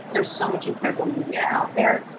there's so much incredible media out there.